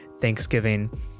Thanksgiving